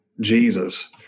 Jesus